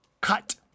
cut